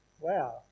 Wow